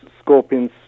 scorpions